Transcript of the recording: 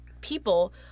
people